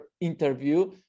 interview